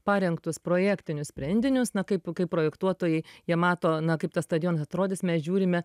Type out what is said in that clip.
parengtus projektinius sprendinius na kaip kaip projektuotojai jie mato na kaip tas stadionas atrodys mes žiūrime